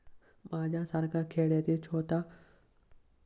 माझ्यासारखा खेड्यातील छोटा शेतकरी पीक विम्यासाठी पात्र आहे का?